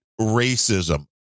racism